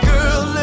Girl